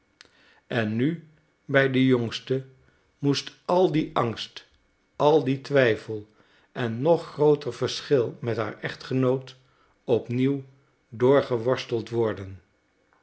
en nu bij de jongste moest al die angst al die twijfel en nog grooter verschil met haar echtgenoot op nieuw doorgeworsteld worden